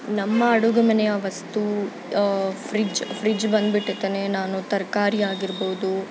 ನಮ್ಮ ಅಡುಗೆ ಮನೆಯ ವಸ್ತು ಫ್ರಿಜ್ ಫ್ರಿಜ್ ಬಂದುಬಿಟ್ಟಿತ್ತನೆ ನಾನು ತರಕಾರಿ ಆಗಿರ್ಬೋದು